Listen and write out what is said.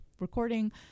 recording